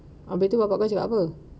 habis tu bapa kau cakap apa